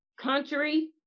country